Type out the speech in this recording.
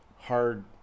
hard